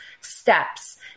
steps